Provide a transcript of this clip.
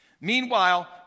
Meanwhile